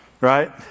right